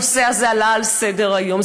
הנושא הזה עלה על סדר-היום.